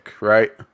right